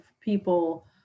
people